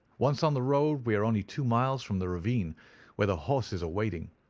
once on the road we are only two miles from the ravine where the horses are waiting.